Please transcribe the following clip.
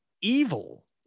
evil